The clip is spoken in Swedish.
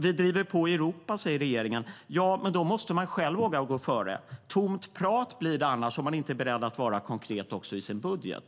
Vi driver på i Europa, säger regeringen. Ja, men då måste man själv våga gå före. Det blir bara tomt prat om man inte är beredd att vara konkret också i sin budget.